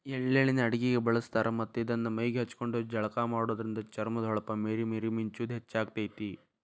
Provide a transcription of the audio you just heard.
ಎಳ್ಳ ಎಣ್ಣಿನ ಅಡಗಿಗೆ ಬಳಸ್ತಾರ ಮತ್ತ್ ಇದನ್ನ ಮೈಗೆ ಹಚ್ಕೊಂಡು ಜಳಕ ಮಾಡೋದ್ರಿಂದ ಚರ್ಮದ ಹೊಳಪ ಮೇರಿ ಮೇರಿ ಮಿಂಚುದ ಹೆಚ್ಚಾಗ್ತೇತಿ